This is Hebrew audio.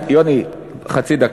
יוני, חצי דקה.